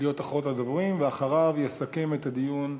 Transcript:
להיות אחרון הדוברים, ואחריו יסכם את הדיון,